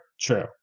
true